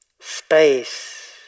space